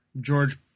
George